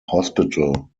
hospital